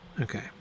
Okay